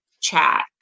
chat